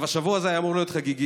השבוע הזה היה אמור להיות חגיגי,